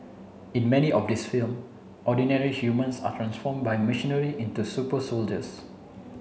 in many of these film ordinary humans are transform by machinery into super soldiers